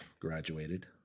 graduated